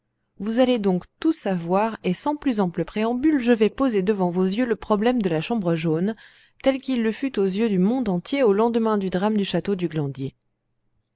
vous allez donc tout savoir et sans plus ample préambule je vais poser devant vos yeux le problème de la chambre jaune tel qu'il le fut aux yeux du monde entier au lendemain du drame du château du